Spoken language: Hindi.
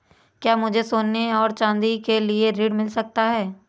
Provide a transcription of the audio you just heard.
क्या मुझे सोने और चाँदी के लिए ऋण मिल सकता है?